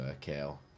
Kale